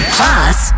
Class